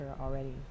already